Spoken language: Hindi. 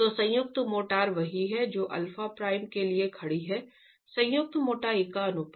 तो संयुक्त मोटाई वही है जो अल्फा प्राइम के लिए खड़ी है संयुक्त मोटाई का अनुपात